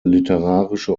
literarische